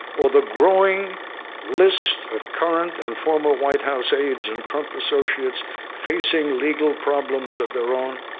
or the growing list of current and former white house aides and trump associates facing legal problems of their own,